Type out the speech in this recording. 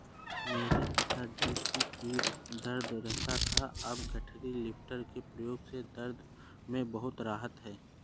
मेरे पिताजी की पीठ दर्द रहता था अब गठरी लिफ्टर के प्रयोग से दर्द में बहुत राहत हैं